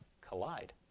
collide